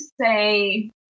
say